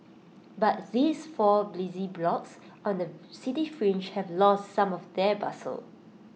but these four busy blocks on the city fringe have lost some of their bustle